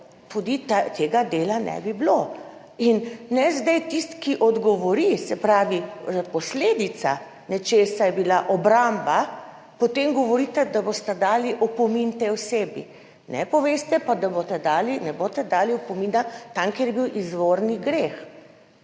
bilo, tega dela ne bi bilo. In ne zdaj tisti, ki odgovori, se pravi posledica nečesa je bila obramba, potem govorite, da boste dali opomin tej osebi, ne poveste pa, da boste dali, ne boste dali opomina tam kjer je bil izvorni greh.